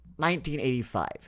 1985